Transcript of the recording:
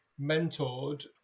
mentored